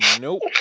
Nope